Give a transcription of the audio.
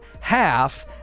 half